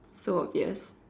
so obvious